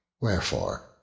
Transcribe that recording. Wherefore